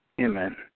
Amen